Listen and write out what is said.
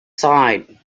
side